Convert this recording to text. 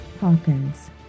Hawkins